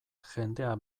jendea